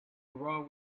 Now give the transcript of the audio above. row